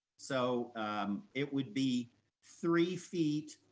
so it would be three feet,